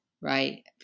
right